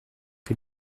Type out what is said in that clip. que